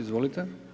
Izvolite.